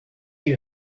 you